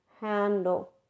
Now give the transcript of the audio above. handle